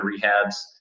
rehabs